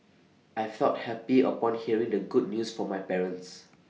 I felt happy upon hearing the good news from my parents